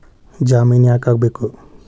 ಜಾಮಿನ್ ಯಾಕ್ ಆಗ್ಬೇಕು?